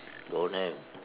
don't have